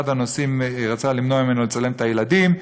אחד הנוסעים רצה למנוע ממנו לצלם את הילדים,